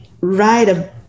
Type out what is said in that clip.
right